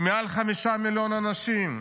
מעל 5 מיליון אנשים,